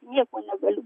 nieko negaliu